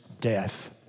death